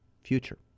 future